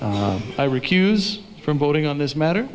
i recuse from voting on this matter